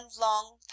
long